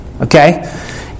Okay